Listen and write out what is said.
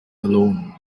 alone